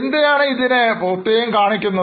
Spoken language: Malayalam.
എന്തിനാണ് ഇതിനെ പ്രത്യേകം കാണിക്കുന്നത്